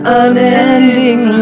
unending